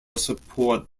support